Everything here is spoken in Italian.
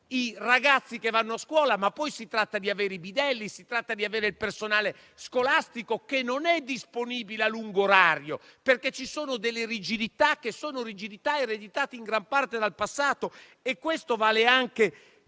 i ragazzi che vanno a scuola, ma poi si tratta di avere i bidelli, il personale scolastico, che non è disponibile a lungo orario, perché ci sono delle rigidità ereditate in gran parte dal passato. E questo vale anche